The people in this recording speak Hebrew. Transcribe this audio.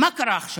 מה קרה עכשיו?